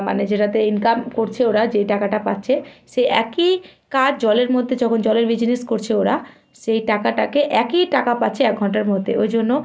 মানে যেটাতে ইনকাম করছে ওরা যেই টাকাটা পাচ্ছে সেই একই কাজ জলের মধ্যে যখন জলের বিজনেস করছে ওরা সেই টাকাটাকে একই টাকা পাচ্ছে এক ঘন্টার মধ্যে ওই জন্য